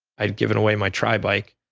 i'd given away my tri-bike,